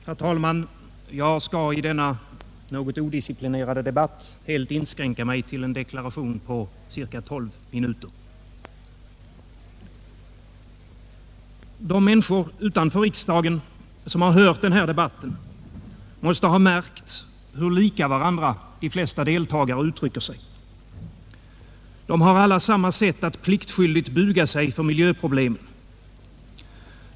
Herr talman! Jag skall i denna något odisciplinerade debatt inskränka mig till en deklaration på cirka tolv minuter. De människor utanför riksdagen som har hört den här debatten måste ha märkt hur lika varandra de flesta deltagare uttrycker sig. De har alla samma sätt att pliktskyldigt buga sig för miljöproblemen.